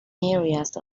areas